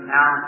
Now